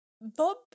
Bob